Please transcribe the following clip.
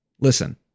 Listen